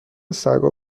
سگا